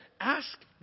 ask